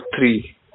three